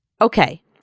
okay